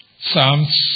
Psalms